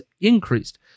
increased